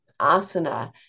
asana